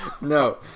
No